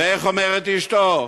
ואיך אומרת אשתו: